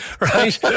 right